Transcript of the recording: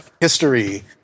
history